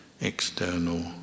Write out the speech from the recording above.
external